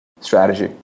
Strategy